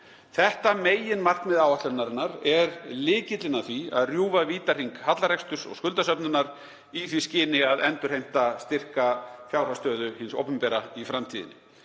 Þetta meginmarkmið áætlunarinnar er lykillinn að því að rjúfa vítahring hallareksturs og skuldasöfnunar í því skyni að endurheimta styrka fjárhagsstöðu hins opinbera í framtíðinni.